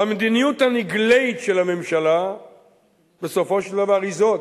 המדיניות הנגלית של הממשלה בסופו של דבר היא זאת,